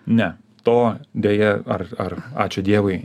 ne to deja ar ar ačiū dievui